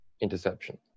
interception